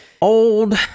Old